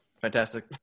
fantastic